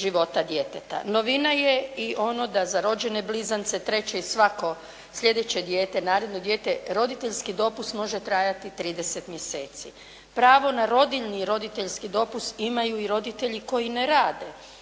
života djeteta. Novina je i ono da za rođene blizance treće i svako slijedeće dijete, naredno dijete roditeljski dopust može trajati 30 mjeseci. Pravo na rodiljni i roditeljski dopust imaju i roditelji koji ne rade